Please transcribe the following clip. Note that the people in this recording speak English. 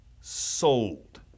sold